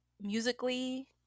musically